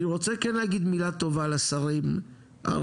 אני רוצה כן להגיד מילה טובה לשרים הרלוונטיים,